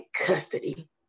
custody